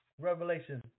Revelation